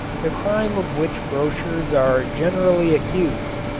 the crime of which grocers are generally accused,